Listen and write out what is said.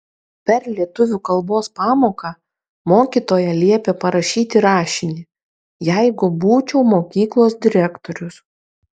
per lietuvių kalbos pamoką mokytoja liepė parašyti rašinį jeigu būčiau mokyklos direktorius